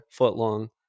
footlong